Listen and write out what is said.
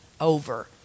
over